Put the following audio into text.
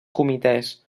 comitès